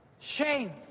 Shame